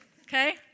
Okay